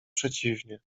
przeciwnie